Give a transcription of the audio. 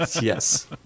Yes